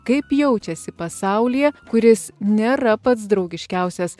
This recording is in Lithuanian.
kaip jaučiasi pasaulyje kuris nėra pats draugiškiausias